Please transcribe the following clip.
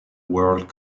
world